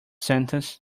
sentence